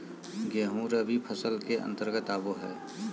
गेंहूँ रबी फसल के अंतर्गत आबो हय